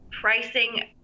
pricing